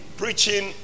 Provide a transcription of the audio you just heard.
preaching